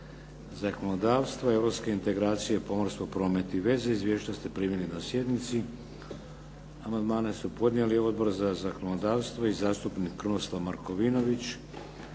proveli odbori za zakonodavstvo, europske integracije, pomorstvo, promet i veze. Izvješća ste primili na sjednici. Amandmane su podnijeli Odbor za zakonodavstvo i zastupnik Krunoslav Markovinović.